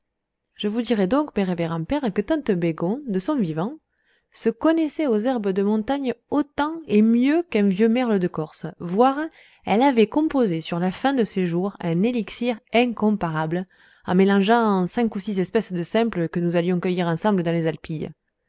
je vous dirai donc mes révérends pères que tante bégon de son vivant se connaissait aux herbes de montagnes autant et mieux qu'un vieux merle de corse voire elle avait composé sur la fin de ses jours un élixir incomparable en mélangeant cinq ou six espèces de simples que nous allions cueillir ensemble dans les alpilles